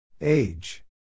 Age